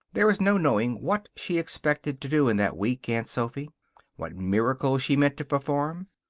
there is no knowing what she expected to do in that week, aunt sophy what miracle she meant to perform.